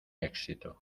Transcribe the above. éxito